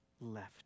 left